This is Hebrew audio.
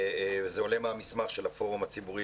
זה עולה מהמסמך של הפורום הציבורי,